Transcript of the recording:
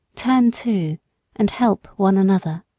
turn to and help one another.